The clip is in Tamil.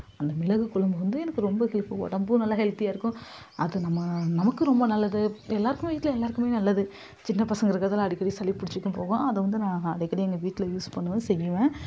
அந்த மிளகு குழம்பு வந்து எனக்கு ரொம்ப ஹெல்ப்ஃபுல் உடம்பும் நல்ல ஹெல்தியாக இருக்கும் அது நம்ம நமக்கும் ரொம்ப நல்லது எல்லோருக்குமே வீட்டில் எல்லோருக்குமே நல்லது சின்ன பசங்க இருக்கிறதால அடிக்கடி சளி பிடிச்சிக்கும் போகும் அதை வந்து நான் அடிக்கடி எங்கள் வீட்டில் யூஸ் பண்ணுவேன் செய்வேன்